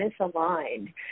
misaligned